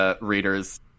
Readers